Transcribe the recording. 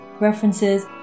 references